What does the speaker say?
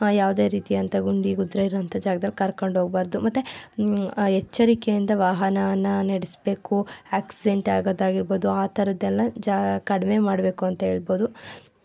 ಯಾವುದೇ ರೀತಿಯಂಥ ಗುಂಡಿ ಗುದ್ರೆ ಇರುವಂಥ ಜಾಗ್ದಲ್ಲಿ ಕರ್ಕೊಂಡು ಹೋಗಬಾರ್ದು ಮತ್ತೆ ಎಚ್ಚರಿಕೆಯಿಂದ ವಾಹನನ ನಡೆಸಬೇಕು ಆಕ್ಸೆಂಟ್ ಆಗೋದಾಗಿರ್ಬೋದು ಆ ಥರದ್ದೆಲ್ಲ ಜಾ ಕಡಿಮೆ ಮಾಡಬೇಕು ಅಂತ ಹೇಳ್ಬೋದು